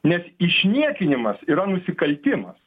nes išniekinimas yra nusikaltimas